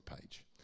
page